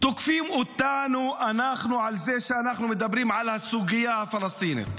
תוקפים אותנו על זה שאנחנו מדברים על הסוגיה הפלסטינית.